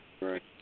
right